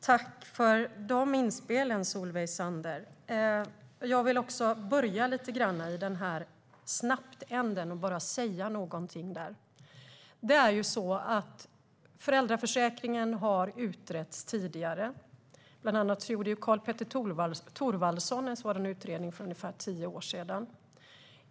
Fru talman! Jag tackar Solveig Zander för inspelen. Jag vill börja med att säga någonting om det här att det ska gå snabbt. Föräldraförsäkringen har ju utretts tidigare. Bland annat gjorde Karl-Petter Thorwaldsson en sådan utredning för ungefär tio år sedan.